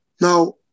Now